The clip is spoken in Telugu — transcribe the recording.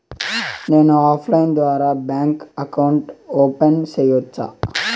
నేను ఆన్లైన్ ద్వారా బ్యాంకు అకౌంట్ ఓపెన్ సేయొచ్చా?